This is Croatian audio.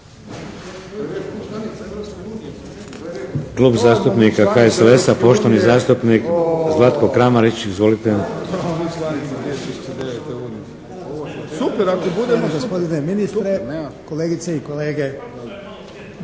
kolegice i kolege.